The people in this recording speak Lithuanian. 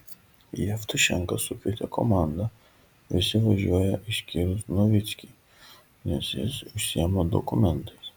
jevtušenka sukvietė komandą visi važiuoja išskyrus novickį nes jis užsiima dokumentais